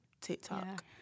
TikTok